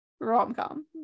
rom-com